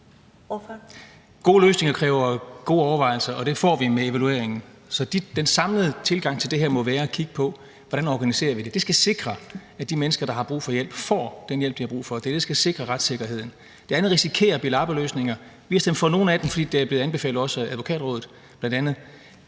Gode løsninger kræver gode overvejelser, og det får vi med evalueringen. Så den samlede tilgang til det her må være at kigge på, hvordan vi organiserer det. Det skal sikre, at de mennesker, der har brug for hjælp, får den hjælp, de har brug for. Det er det, der skal sikre retssikkerheden. Det andet risikerer at blive lappeløsninger. Vi har stemt for nogle af dem, fordi det bl.a. også er blevet anbefalet af Advokatrådet, men samlet